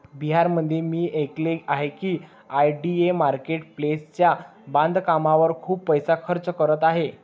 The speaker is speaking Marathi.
बिहारमध्ये मी ऐकले आहे की आय.डी.ए मार्केट प्लेसच्या बांधकामावर खूप पैसा खर्च करत आहे